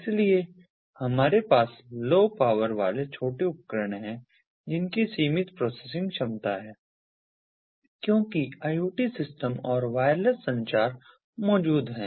इसलिए हमारे पास लो पावर वाले छोटे उपकरण हैं जिनकी सीमित प्रोसेसिंग क्षमता है क्योंकि IoT सिस्टम और वायरलेस संचार मौजूद है